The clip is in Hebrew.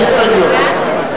יש הסתייגויות.